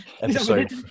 episode